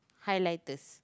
highlighters